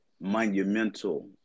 monumental